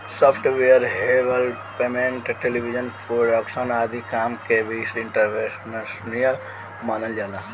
software development television production आदि काम के भी एंटरप्रेन्योरशिप मानल जाला